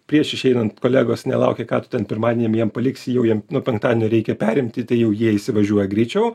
prieš išeinant kolegos nelaukia ką tu ten pirmadienį jiem jiem paliksi jau jiem nuo penktadienio reikia perimti tai jau jie įsivažiuoja greičiau